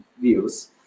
views